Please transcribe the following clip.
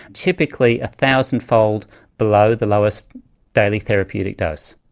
typically a thousandfold below the lowest daily therapeutic dose.